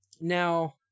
Now